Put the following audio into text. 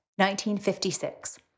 1956